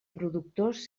productors